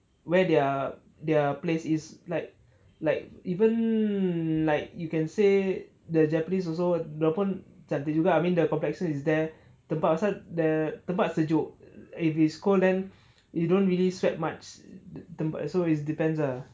where there their place is like like even like you can say the japanese also dia orang pun cantik juga I mean their complexion is there tempat pasal there tempat sejuk if it's cold then you don't really sweat much tempat so it depends ah